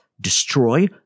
destroy